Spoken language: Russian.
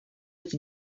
эти